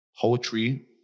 poetry